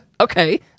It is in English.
Okay